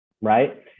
right